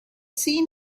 seen